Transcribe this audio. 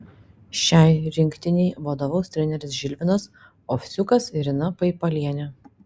šiai rinktinei vadovaus treneriai žilvinas ovsiukas ir ina paipalienė